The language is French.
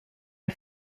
les